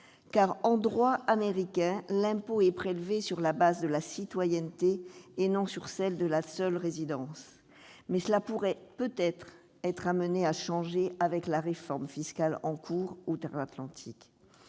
en droit américain, l'impôt est prélevé sur le fondement de la citoyenneté et non sur celui de la seule résidence- cela pourrait être amené à changer avec la réforme fiscale en cours outre-Atlantique.